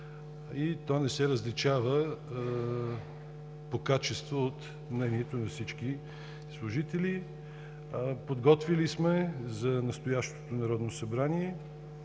то не се различава по качество от мнението на всички служители. Подготвили сме за настоящото Народно събрание